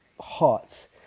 hot